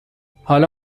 حالا